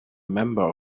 member